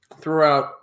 throughout